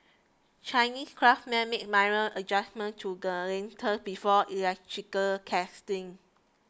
Chinese craftsmen make minor adjustments to before electrical testing